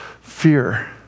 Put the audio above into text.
fear